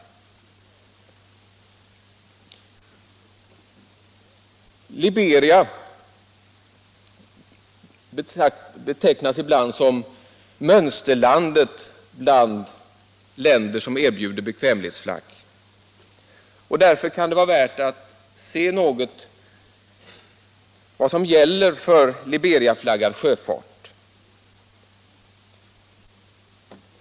fartyg förs över till Liberia betecknas ibland som mönsterlandet bland länder som erbjuder — bekvämlighetsflagg, bekvämlighetsflagg. Därför kan det vara värt att något se på vad som om.m. gäller för den Liberiaflaggade sjöfarten.